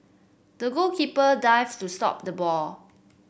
the goalkeeper dived to stop the ball